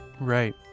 Right